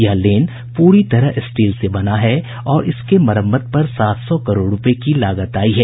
यह लेन पूरी तरह स्टील से बना है और इसके मरम्मत पर सात सौ करोड़ रूपये की लागत आयी है